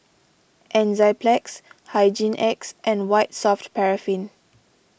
Enzyplex Hygin X and White Soft Paraffin